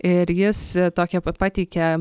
ir jis tokią pat pateikia